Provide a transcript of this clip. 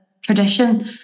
tradition